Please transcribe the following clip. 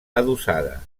adossada